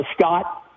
Scott